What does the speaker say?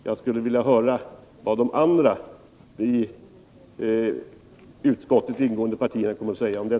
Jag skulle vilja höra vad de andra i utskottet ingående partierna kommer att säga om det.